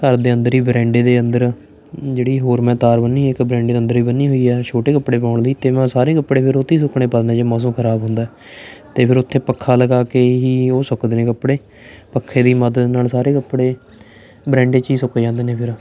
ਘਰ ਦੇ ਅੰਦਰ ਹੀ ਬਰੈਂਡੇ ਦੇ ਅੰਦਰ ਜਿਹੜੀ ਹੋਰ ਮੈਂ ਤਾਰ ਬੰਨੀ ਇੱਕ ਬਰੈਂਡੇ ਦੇ ਅੰਦਰ ਏ ਬੰਨੀ ਹੋਈ ਆ ਛੋਟੇ ਕੱਪੜੇ ਪਾਉਣ ਲਈ ਅਤੇ ਮੈਂ ਉਹ ਸਾਰੇ ਕੱਪੜੇ ਫਿਰ ਉਹਤੇ ਸੁਕਣੇ ਪਾ ਦਿੰਨਾ ਜੇ ਮੌਸਮ ਖਰਾਬ ਹੁੰਦਾ ਅਤੇ ਫਿਰ ਉੱਥੇ ਪੱਖਾ ਲਗਾ ਕੇ ਹੀ ਉਹ ਸੁੱਕਦੇ ਨੇ ਕੱਪੜੇ ਪੱਖੇ ਦੀ ਮਦਦ ਨਾਲ ਸਾਰੇ ਕੱਪੜੇ ਬਰੈਂਡੇ 'ਚ ਹੀ ਸੁੱਕ ਜਾਂਦੇ ਨੇ ਫਿਰ